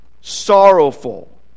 sorrowful